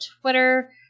Twitter